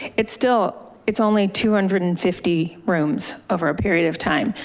it's still it's only two hundred and fifty rooms over a period of time,